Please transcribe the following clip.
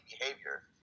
behavior